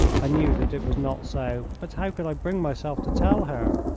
i knew that it was not so, but how could i bring myself to tell her?